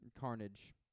Carnage